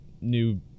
new